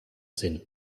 sinn